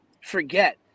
forget